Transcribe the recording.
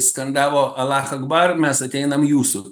skandavo alach akbar mes ateinam jūsų